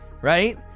Right